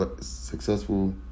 successful